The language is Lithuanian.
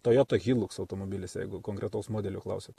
toyota hilux automobilis jeigu konkretaus modelio klausiat